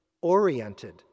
oriented